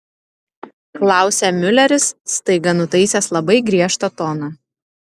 klausia miuleris staiga nutaisęs labai griežtą toną